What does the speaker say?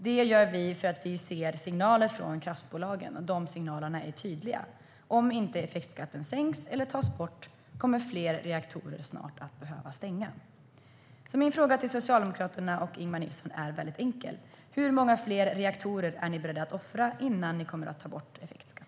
Det gör vi för att vi ser signaler från kraftbolagen, och de signalerna är tydliga. Om effektskatten inte sänks eller tas bort kommer fler reaktorer snart att behöva stängas. Min fråga till Socialdemokraterna och Ingemar Nilsson är enkel: Hur många fler reaktorer är ni beredda att offra innan ni kommer att ta bort effektskatten?